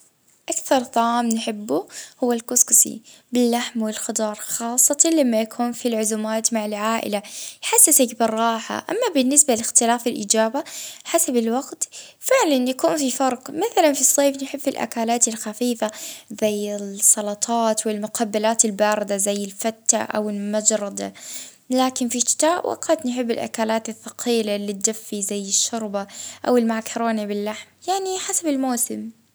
اه طاجين نحب ال هو المفضل عندي اه لكن وقت الصيف نميل للأكلات الخفيفة زي السلاطة والمشاوي اه وفي الشتا نحب الأكلات الدسمة زي الكسكسي بالجديد.